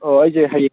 ꯑꯣ ꯑꯩꯁꯦ ꯍꯌꯦꯡ